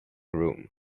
room